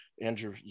Andrew